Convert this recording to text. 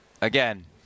again